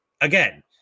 again